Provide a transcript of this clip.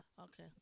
Okay